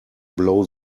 blow